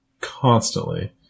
constantly